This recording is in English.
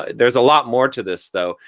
there's a lot more to this though.